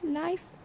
life